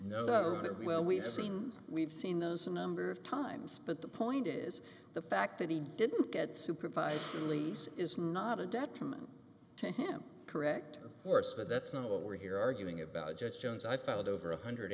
it well we've seen we've seen those a number of times but the point is the fact that he didn't get supervised release is not a detriment to him correct course but that's not what we're here arguing about judge jones i found over one hundred